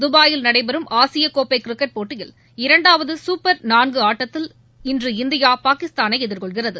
தபாயில் நடைபெறும் ஆசியக்கோப்பை கிரிக்கெட் போட்டியில் இரண்டாவது சூப்பர் ஃபோர் ஆட்டத்தில் இன்று இந்தியா பாகிஸ்தானை எதிர்கொள்கிறது